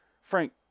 Frank